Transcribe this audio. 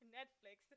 Netflix